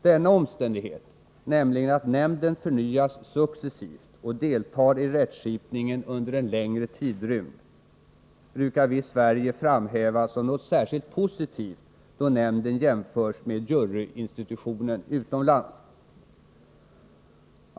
Denna omständighet — nämligen att nämnden förnyas successivt och deltar i rättskipningen under en längre tidrymd — brukar vi i Sverige framhäva såsom något särskilt positivt, då nämnden jämförs med juryinstitutionen utomlands.